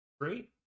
Great